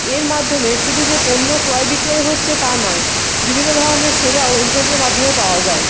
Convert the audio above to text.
এর মাধ্যমে শুধু যে পণ্য ক্রয় বিক্রয় হচ্ছে তা নয় বিভিন্ন ধরনের সেবাও ইন্টারনেটের মাধ্যমে পাওয়া যায়